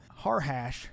Harhash